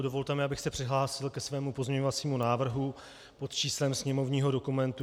Dovolte mi, abych se přihlásil ke svému pozměňovacímu návrhu pod číslem sněmovního dokumentu 4890.